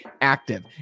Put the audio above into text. active